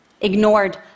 ignored